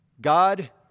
God